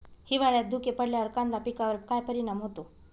हिवाळ्यात धुके पडल्यावर कांदा पिकावर काय परिणाम होतो?